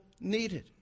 needed